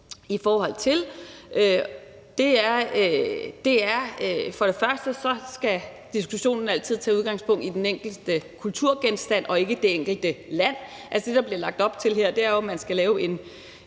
sager op imod. Først og fremmest skal diskussionen altid tage udgangspunkt i den enkelte kulturgenstand og ikke det enkelte land. Altså, det, der bliver lagt op til her, er jo, at man skal lave en